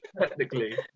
technically